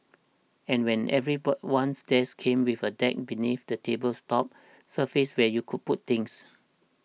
and when every ones desk came with a deck beneath the table's top surface where you could put things